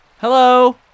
Hello